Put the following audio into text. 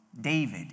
David